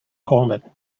coleman